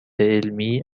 علمی